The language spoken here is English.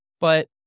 But-